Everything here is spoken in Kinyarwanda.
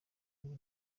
ngo